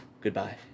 Goodbye